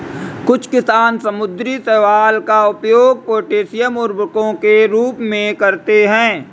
कुछ किसान समुद्री शैवाल का उपयोग पोटेशियम उर्वरकों के रूप में करते हैं